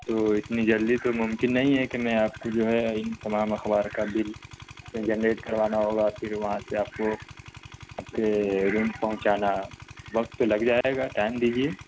تو اتنی جلدی تو ممکن نہیں ہے کہ میں آپ کو جو ہے ان تمام اخبار کا بل جنریٹ کروانا ہوگا پھر وہاں سے آپ کو آپ کے روم پہنچانا وقت تو لگ جائے گا ٹائم دیجیئے